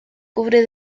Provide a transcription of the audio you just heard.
cubre